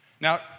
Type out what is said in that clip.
Now